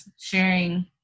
sharing